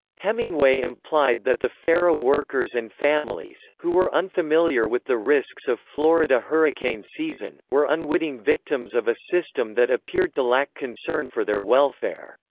hemingway implied that the fera workers and families, who were unfamiliar with the risks of florida hurricane season, were unwitting victims of a system that appeared to lack concern for their welfare.